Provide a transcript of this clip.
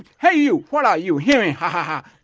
hey you, what are you hearing? ha, ha, ha!